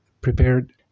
prepared